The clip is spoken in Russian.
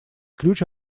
ключ